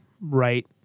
right